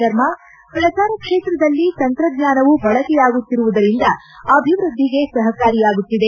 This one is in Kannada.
ಶರ್ಮಾ ಶ್ರಸಾರ ಕ್ಷೇತ್ರದಲ್ಲಿ ತಂತಜ್ಞಾನವೂ ಬಳಕೆಯಾಗುತ್ತಿರುವುದರಿಂದ ಅಭಿವ್ಯದ್ಲಿಗೆ ಸಹಕಾರಿಯಾಗುತ್ತಿದೆ